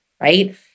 Right